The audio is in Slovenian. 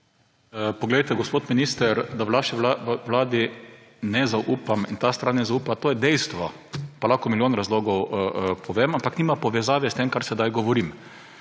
(PS SD):** Gospod minister, da vaši vladi ne zaupam in da ta stran ne zaupa, to je dejstvo. Pa lahko milijon razlogov povem, ampak nima povezave s tem, kar sedaj govorim.